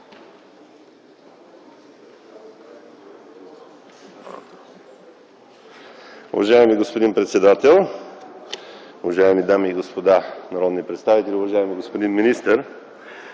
Уважаеми господин председател, уважаеми дами и господа народни представители, уважаеми господин